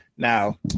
Now